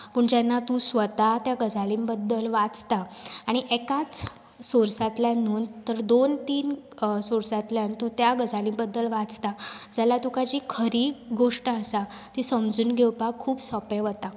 पूण जेन्ना तूं स्वता ते गजाली बद्दल वाचता आनी एकाच सोर्सांतल्यान न्हू तर दोन तीन सोर्सांतल्यान तूं त्या गजाली बद्दल वाचता जाल्यार तुका जी खरी गोश्ट आसता ती समजून घेवपाक खूब सोंपें वता